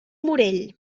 morell